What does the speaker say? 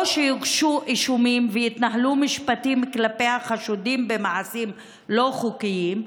או שיוגשו אישומים ויתנהלו משפטים כלפי החשודים במעשים לא חוקיים,